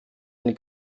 ein